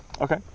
Okay